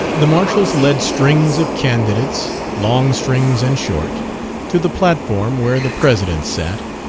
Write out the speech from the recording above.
the marshals led strings of candidates long strings and short to the platform where the president sat,